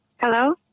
Hello